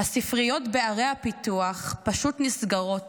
הספריות בערי הפיתוח פשוט נסגרות